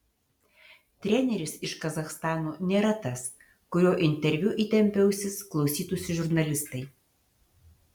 treneris iš kazachstano nėra tas kurio interviu įtempę ausis klausytųsi žurnalistai